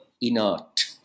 inert